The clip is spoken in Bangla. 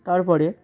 তার পরে